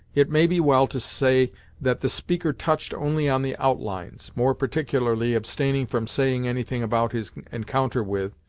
it may be well to say that the speaker touched only on the outlines, more particularly abstaining from saying anything about his encounter with,